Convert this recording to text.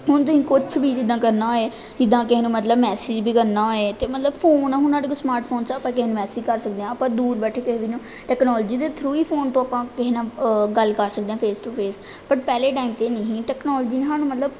ਹੁਣ ਤੁਸੀਂ ਕੁਛ ਵੀ ਜਿੱਦਾਂ ਕਰਨਾ ਹੋਵੇ ਜਿੱਦਾਂ ਕਿਸੇ ਨੂੰ ਮਤਲਬ ਮੈਸਿਜ ਵੀ ਕਰਨਾ ਹੋਵੇ ਤਾਂ ਮਤਲਬ ਫੋਨ ਹੁਣ ਸਾਡੇ ਕੋਲ ਸਮਾਟ ਫੋਨਸ ਹੈ ਆਪਾਂ ਕਿਸੇ ਨੂੰ ਮੈਸਿਜ ਕਰ ਸਕਦੇ ਹਾਂ ਆਪਾਂ ਦੂਰ ਬੈਠੇ ਕਿਸੇ ਨੂੰ ਟੈਕਨੋਲਜੀ ਦੇ ਥਰੂ ਹੀ ਫੋਨ ਤੋਂ ਆਪਾਂ ਕਿਸੇ ਨਾਲ ਗੱਲ ਕਰ ਸਕਦੇ ਹਾਂ ਫੇਸ ਟੂ ਫੇਸ ਪਰ ਪਹਿਲੇ ਟਾਈਮ 'ਤੇ ਇਹ ਨਹੀਂ ਸੀ ਟੈਕਨੋਲਜੀ ਨੇ ਸਾਨੂੰ ਮਤਲਬ